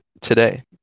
today